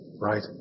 Right